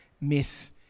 miss